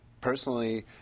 personally